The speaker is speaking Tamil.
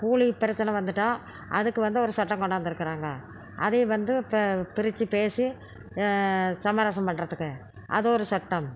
கூலி பிரச்சனை வந்துட்டால் அதுக்கு வந்து ஒரு சட்டம் கொண்டாந்திருக்குறாங்க அதே வந்து த பிரித்து பேசி சமரசம் பண்றதுக்கு அது ஒரு சட்டம்